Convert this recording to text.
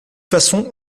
façon